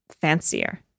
fancier